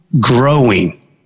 growing